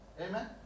Amen